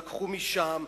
לקחו משם,